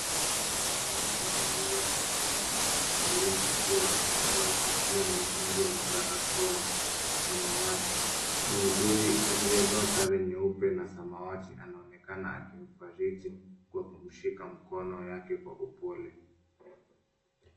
Mwanamke amelala kitandani hosipitalini akiwa amevaa kofia nyekundu na barakoa ya samawati, muuguzi aliyevaa sare nyeupe na samawati anonekana akimufariji kwa kumshika mikono yake kwa upole.